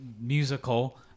musical